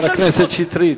חבר הכנסת שטרית,